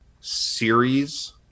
series